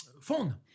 phone